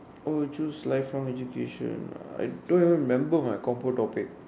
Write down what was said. oh choose lifelong education I don't even remember my compo topic